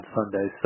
Sunday